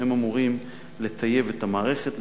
אמורים לטייב את המערכת,